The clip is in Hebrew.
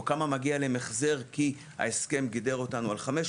או כמה מגיע להן החזר כי ההסכם גידר אותנו על 500